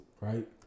right